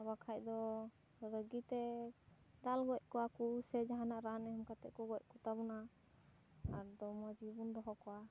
ᱵᱟᱠᱷᱟᱱ ᱫᱚ ᱨᱟᱹᱜᱤ ᱛᱮ ᱫᱟᱞ ᱜᱚᱡ ᱠᱚᱣᱟ ᱠᱚ ᱥᱮ ᱡᱟᱦᱟᱱᱟᱜ ᱨᱟᱱ ᱮᱢ ᱠᱟᱛᱮᱫ ᱠᱚ ᱜᱚᱡ ᱠᱚᱛᱟ ᱵᱚᱱᱟ ᱟᱫᱚ ᱢᱚᱡᱽ ᱜᱮᱵᱚᱱ ᱫᱚᱦᱚ ᱠᱚᱣᱟ